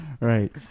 Right